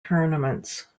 tournaments